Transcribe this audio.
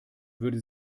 würde